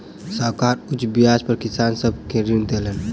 साहूकार उच्च ब्याज पर किसान सब के ऋण देलैन